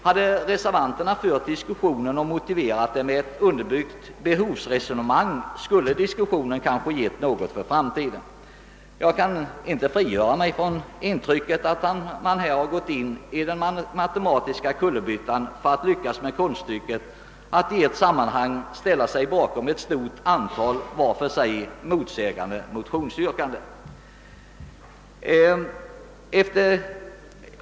Om reservanterna hade motiverat sin ståndpunkt med ett underbyggt behovsresonemang skulle diskussionen kanske givit något för framtiden. Jag kan inte komma ifrån intrycket att man har gjort en matematisk kullerbytta för att lyckas med konststycket att i ett sammanhang ställa sig bakom ett stort antal sinsemellan motsägande motionsyrkanden.